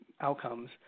outcomes